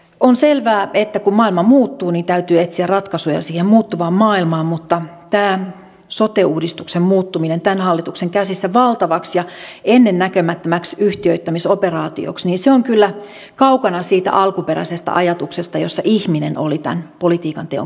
on selvää että kun maailma muuttuu niin täytyy etsiä ratkaisuja siihen muuttuvaan maailmaan mutta tämä sote uudistuksen muuttuminen tämän hallituksen käsissä valtavaksi ja ennennäkemättömäksi yhtiöittämisoperaatioksi on kyllä kaukana siitä alkuperäisestä ajatuksesta jossa ihminen oli tämän politiikanteon keskiössä